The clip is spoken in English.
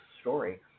story